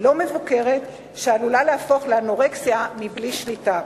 לא מבוקרת שעלולה להפוך לאנורקסיה בלי שליטה.